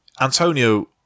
Antonio